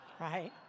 right